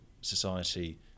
society